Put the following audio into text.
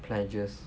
pleasures